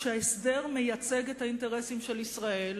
שההסדר מייצג את האינטרסים של ישראל,